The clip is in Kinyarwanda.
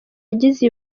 yagize